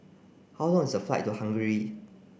how long is the flight to Hungary